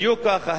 בדיוק ככה.